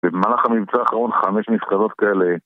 במהלך המבצע האחרון חמש מפקדות כאלה